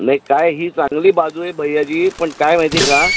नाही काय ही चांगली बाजू आहे भैयाजी पण काय माहिती का